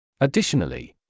Additionally